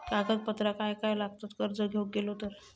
कागदपत्रा काय लागतत कर्ज घेऊक गेलो तर?